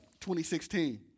2016